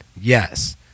yes